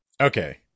okay